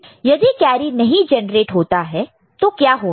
यदि कैरी नहीं जेनरेट होता है तो क्या होता है